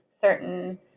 certain